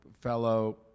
fellow